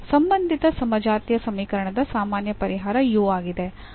ಸಂಬಂಧಿತ ಸಮಜಾತೀಯ ಸಮೀಕರಣದ ಸಾಮಾನ್ಯ ಪರಿಹಾರ ಆಗಿದೆ